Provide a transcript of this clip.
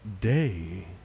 day